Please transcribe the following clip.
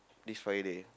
this Friday